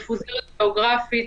מפוזרת גיאוגרפית.